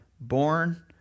born